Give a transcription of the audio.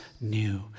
new